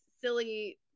silly